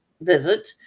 visit